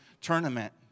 tournament